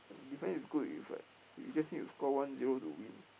defense is good it's like you just need to score one zero to win